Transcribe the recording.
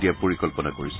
দিয়াৰ পৰিকল্পনা কৰিছে